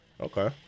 Okay